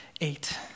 eight